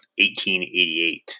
1888